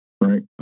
right